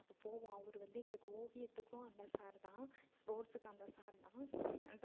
அப்போது போவோம் அவர் வந்து எங்களுக்கு ஓவியத்துக்கும் அந்த சார்தான் ஸ்போர்ட்ஸுக்கும் அந்த சார் தான்